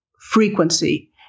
frequency